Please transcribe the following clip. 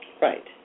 right